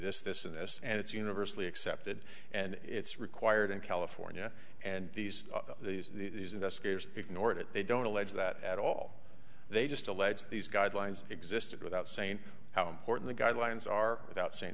this this and this and it's universally accepted and it's required in california and these these these investigators ignored it they don't allege that at all they just to let these guidelines existed without saying how important the guidelines are without saying